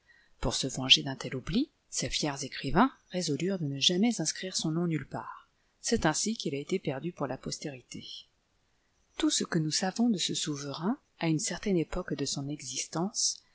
pour se venger d'un tel oubli ces fiers écrivains résolurent de ne jamais in scrire son nom nulle part c'est ainsi qu'il a été perdu pour la postérité tout ce que nous savons de ce souverain à une certaine époque de son existence